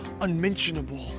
unmentionable